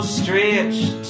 stretched